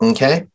Okay